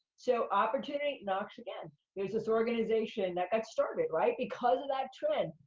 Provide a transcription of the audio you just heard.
so, opportunity knocks again. there's this organization, that got started, right, because of that trend,